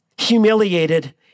humiliated